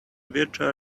virtual